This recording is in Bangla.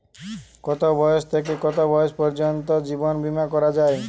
কতো বয়স থেকে কত বয়স পর্যন্ত জীবন বিমা করা যায়?